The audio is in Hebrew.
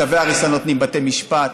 צווי הריסה נותנים בתי משפט.